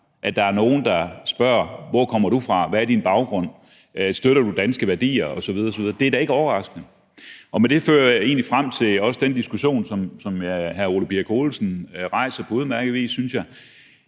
at der er nogle, der spørger: Hvor kommer du fra, hvad er din baggrund, støtter du danske værdier osv. osv.? Det er da ikke overraskende. Det fører så også frem til den diskussion, som hr. Ole Birk Olesen rejser på udmærket vis, synes jeg.